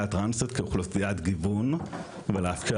לאוכלוסייה הטרנסית כאוכלוסיית גיוון ולאפשר